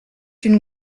une